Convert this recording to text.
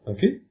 Okay